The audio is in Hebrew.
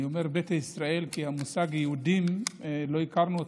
אני אומר "ביתא ישראל" כי את המושג "יהודים" לא הכרנו,